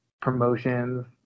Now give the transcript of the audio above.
promotions